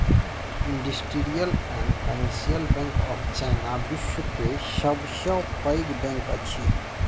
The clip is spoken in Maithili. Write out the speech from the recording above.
industrial and commercial bank of China, विश्व के सब सॅ पैघ बैंक अछि